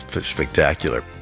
spectacular